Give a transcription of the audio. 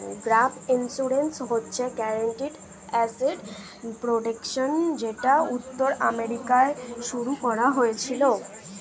gap insurance হচ্ছে guaranteed asset protection যেটা উত্তর আমেরিকায় শুরু করা হয়েছিল